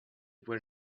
were